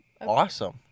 awesome